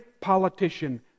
politician